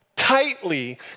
tightly